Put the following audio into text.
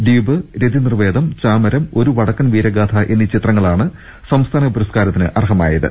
ദ്വീപ് രതിനിർവേദം ചാമരം ഒരു വടക്കൻ വീരഗാഥ എന്നീ ചിത്രങ്ങളാണ് സംസ്ഥാന പുരസ്കാരത്തിന് അർഹമായത്